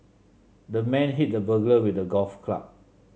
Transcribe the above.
the man hit the burglar with a golf club